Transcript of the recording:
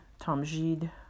Tamjid